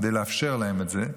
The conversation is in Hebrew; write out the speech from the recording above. כדי לאפשר להם את זה,